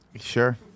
sure